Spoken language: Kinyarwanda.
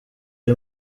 ari